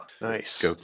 Nice